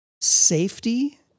safety